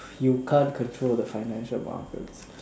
you can't control the financial markets